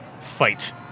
fight